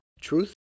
truth